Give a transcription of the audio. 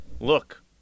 Look